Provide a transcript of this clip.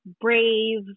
brave